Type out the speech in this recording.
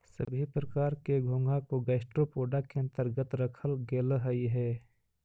सभी प्रकार के घोंघा को गैस्ट्रोपोडा के अन्तर्गत रखल गेलई हे